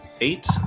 Eight